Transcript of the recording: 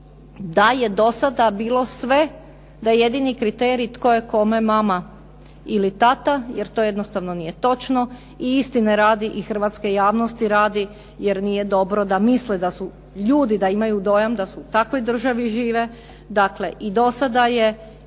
da je do sada bilo sve da jedini kriterij tko je kome mama ili tata, jer to jednostavno nije točno. I istine radi i hrvatske javnosti radi, jer nije dobro da ljudi misle da imaju dojam da su u takvoj državi žive. Dakle, i do sada je